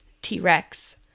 t-rex